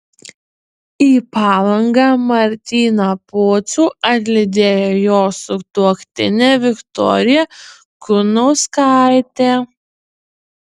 į palangą martyną pocių atlydėjo jo sutuoktinė viktorija kunauskaitė